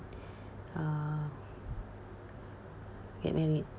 uh get married